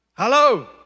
Hello